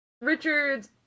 Richard